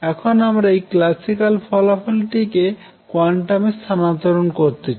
এখন আমরা এই ক্লাসিক্যাল ফলাফল টি কে কোয়ান্টামে স্থানান্তরিত করতে চাই